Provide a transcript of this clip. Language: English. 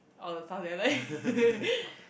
all the stuffs that I like